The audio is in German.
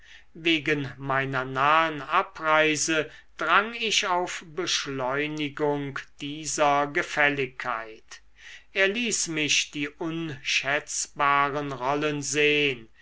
wegen meiner nahen abreise drang ich auf beschleunigung dieser gefälligkeit er ließ mich die unschätzbaren rollen sehn